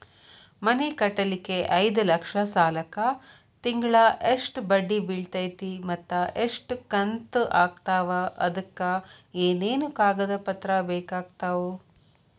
ಮನಿ ಕಟ್ಟಲಿಕ್ಕೆ ಐದ ಲಕ್ಷ ಸಾಲಕ್ಕ ತಿಂಗಳಾ ಎಷ್ಟ ಬಡ್ಡಿ ಬಿಳ್ತೈತಿ ಮತ್ತ ಎಷ್ಟ ಕಂತು ಆಗ್ತಾವ್ ಅದಕ ಏನೇನು ಕಾಗದ ಪತ್ರ ಬೇಕಾಗ್ತವು?